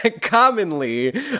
commonly